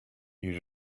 you